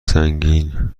سنگین